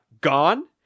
gone